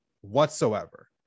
whatsoever